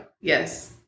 Yes